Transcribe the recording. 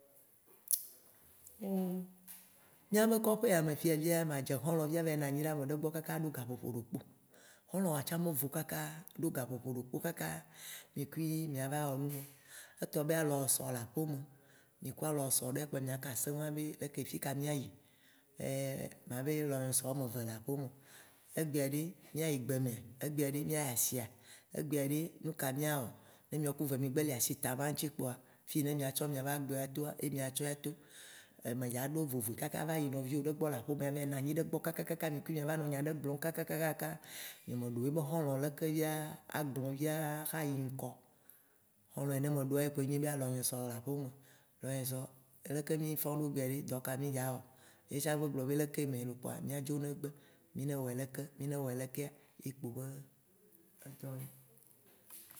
Mìabe koƒe ya me fiya via, madze xɔlɔ̃ via ava yi nɔ anyi ɖe ameɖe gbɔ kaka ɖo gaƒoƒo ɖekpo, xɔlɔ̃ wòa tsã me vo kaka ɖo gaƒoƒo ɖekpo kaka mì kui mìa va wɔ nuwã. Etɔ be alɔwosɔ le aƒeme, mì ku alowosɔ ɖe kpoe aka aseŋ abe, leke fika míayi? Ma be lɔnyesɔ woame eve le aƒeme egbea ɖe mìayi gbemea? egbea ɖe mìayi asia? egbea ɖe nuka mìawɔ? Ne miɔ ku vemi gbe li asi ta ma ŋti kpoa, Fiyi ne mìatsɔ mìaba gbe atoa ye miatsɔ ato. Me dza ɖo vovo kaka ava yi nɔviwó ɖe gbɔ le aƒeme kaka ava yi na nyi ɖe egbɔ kakakaka mikui mìava yi nɔ nyaɖe gblɔm kakakaka. Nye meɖo yebe xɔlɔ̃ ɖe leke via agblɔ̃ via axa yi ŋgɔ o. Xɔlɔ̃ yi ne meɖoa ye kpoe nye be alɔnyetɔ la aƒeme. Lɔnnyesɔ leke mìfɔ̃ ɖo gbea ɖe, dɔ ka mì dza wɔ? Ne ye tsã gbe gblɔ be lekemɛ lo kpoa mìadzo ne gbe, mì ne wɔɛ leke, mì ne wɔɛ lekea, yi kpo be edɔ ye.